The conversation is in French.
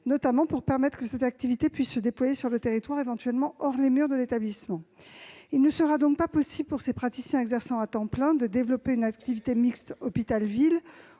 notamment pour permettre que cette activité puisse se déployer sur le territoire, éventuellement hors les murs de l'établissement. Il ne sera donc pas possible, pour ces praticiens exerçant à temps plein, de développer une activité mixte hôpital et ville